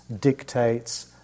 dictates